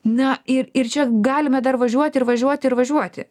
na ir ir čia galime dar važiuoti ir važiuoti ir važiuoti